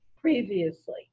previously